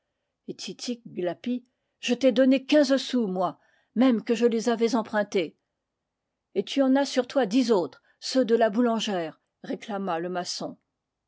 titik glapit je t'ai donné quinze sous moi même que je les avais empruntés et tu en as sur toi dix autres ceux de la boulangère réclama le maçon